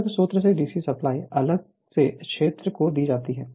अलग स्रोत से डीसी सप्लाई अलग से क्षेत्र को दी जाती है